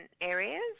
areas